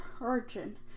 origin